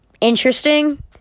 interesting